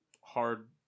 hard